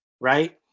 Right